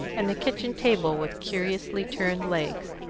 and a kitchen table with curiously turned legs,